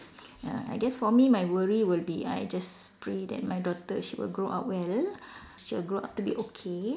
ah I guess for me my worry would be I just pray that my daughter she will grow up well she will grow up to be okay